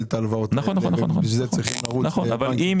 את ההלוואות האלה ובשביל זה צריכים לרוץ לבנק.